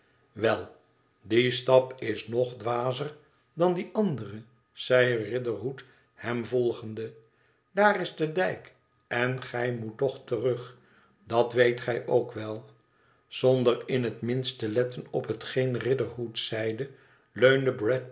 wel die stap is nog dwazer dan die andere zei riderhood hem volgende daar is de dijk en gij moet toch terug dat weet gij ook wel zonder in het minst te letten op hetgeen riderhood zeide